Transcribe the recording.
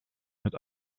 het